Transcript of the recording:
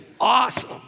awesome